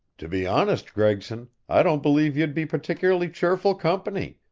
to be honest, gregson, i don't believe you'd be particularly cheerful company.